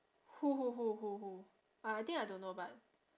who who who who who uh I think I don't know but